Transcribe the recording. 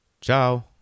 ciao